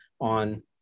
on